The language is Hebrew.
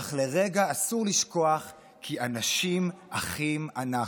"אך לרגע אחד אסור לשכוח כי אנשים אחים אנחנו".